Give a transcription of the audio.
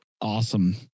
awesome